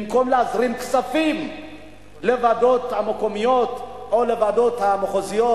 במקום להזרים כספים לוועדות המקומיות או לוועדות המחוזיות,